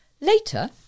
Later